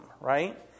right